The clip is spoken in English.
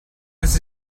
this